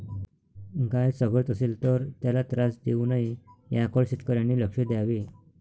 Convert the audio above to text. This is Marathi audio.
गाय चघळत असेल तर त्याला त्रास देऊ नये याकडे शेतकऱ्यांनी लक्ष द्यावे